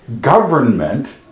Government